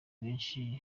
benshi